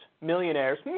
millionaires